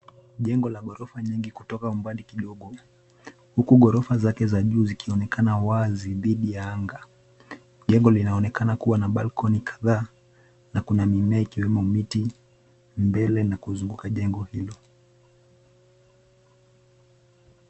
Jengo la ghorofanyingi kutoka mbali kidogo huku ghorofa zake za juu zikionekana wazi dhidi ya anga. Jengo linaonekana kuwa na [cs ] balkoni [cs ] kadhaa na kuna mimea ikiwemo miti mbele na kuzunguka jengo hilo.